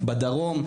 בדרום,